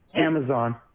Amazon